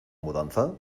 mudanza